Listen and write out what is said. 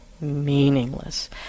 meaningless